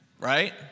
right